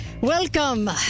Welcome